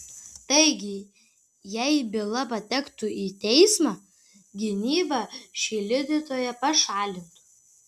taigi jei byla patektų į teismą gynyba šį liudytoją pašalintų